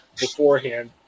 beforehand